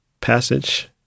passage